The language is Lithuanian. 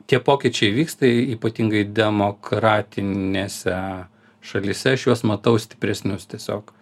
tie pokyčiai vyksta ypatingai demokratinėse šalyse aš juos matau stipresnius tiesiog